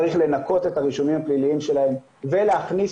צריך לנקות את הרישומים הפליליים שלהם ולהכניס